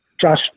Josh